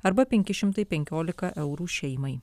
arba penki šimtai penkiolika eurų šeimai